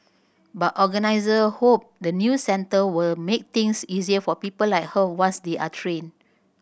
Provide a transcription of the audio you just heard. but organisers hope the new centre will make things easier for people like her once they are trained